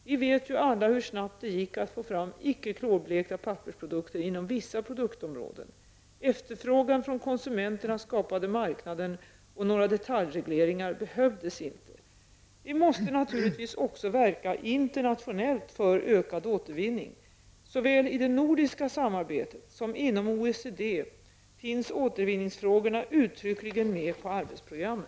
Vi vet ju alla hur snabbt det gick att få fram icke klorblekta pappersprodukter inom vissa produktområden. Efterfrågan från konsumenterna skapade marknaden och några detaljregleringar behövdes inte. Vi måste naturligtvis också verka internationellt för ökad återvinning. Såväl i det nordiska samarbetet som inom OECD finns återvinningsfrågorna uttryckligen med på arbetsprogrammet.